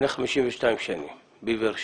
52 שנים בבאר שבע.